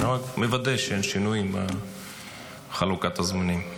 מוודא שאין שינויים בחלוקת הזמנים.